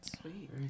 sweet